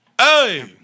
Hey